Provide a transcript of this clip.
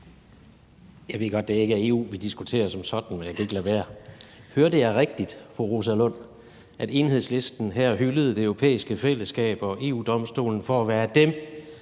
Jeg ved godt, at det ikke er EU, vi diskuterer som sådan, men jeg kan ikke lade være. Hørte jeg rigtigt, fru Rosa Lund, at Enhedslisten her hyldede Det Europæiske Fællesskab og EU-Domstolen for at være dem,